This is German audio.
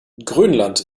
grönland